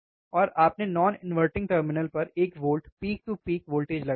और आपने non inverting terminal 1 volt peak to peak पर वोल्टेज लगाया है